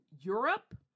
Europe